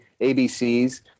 ABCs